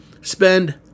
spend